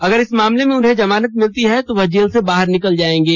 अगर इस मामले में उन्हें जमानत मिलती है तो वह जेल से बाहर निकल जाएंगे